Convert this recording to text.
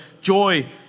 joy